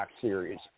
series